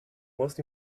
most